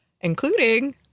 including